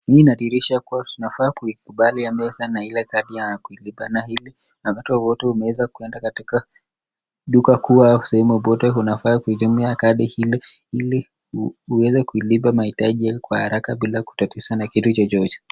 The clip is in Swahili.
Hii inadhirisha kua inafaa kuikubali yaliyosemwa ila Kati ya kulingana hili na wakati wowote umeweza kwenda katika duka kua sehemu popote unafaa kutumia kadhi ili uweze kuilipa mahitaji haya kwa haraka bila kutatizana kitu chochote.